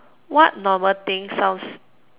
what normal thing sounds